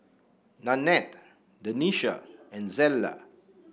Nanette Denisha and Zella